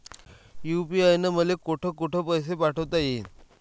UPI न मले कोठ कोठ पैसे पाठवता येईन?